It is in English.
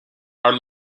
are